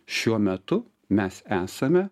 šiuo metu mes esame